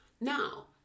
Now